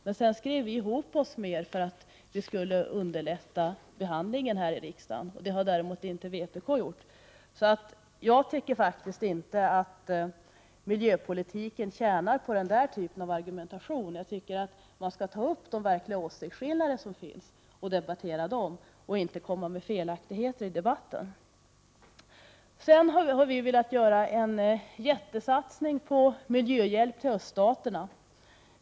Därefter skrev vi ihop oss med folkpartiet för att det skulle underlätta behandlingen i riksdagen. Det har däremot inte vpk gjort. Jag tycker faktiskt inte att miljöpolitiken tjänar på den typen av argumentation. Man skall ta upp och debattera de verkliga åsiktsskillnaderna, och man skall inte komma med felaktigheter i debatten. Vi i miljöpartiet har velat göra en jättesatsning på miljöhjälp till öststaterna.